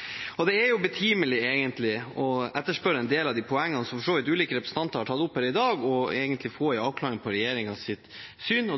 utfordringene. Jeg vet jo fra i går at statsråden er veldig opptatt av å få siste innlegg, så jeg skal i hvert fall gi ham den gleden at jeg ikke tar det fra ham i dag. Det er betimelig å etterspørre og få en avklaring på regjeringens syn på en del av de poengene som de ulike representantene har tatt opp her i dag. Da